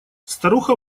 старуха